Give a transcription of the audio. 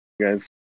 guys